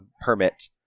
permit